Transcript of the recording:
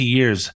years